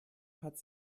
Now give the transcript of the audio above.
hat